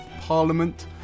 parliament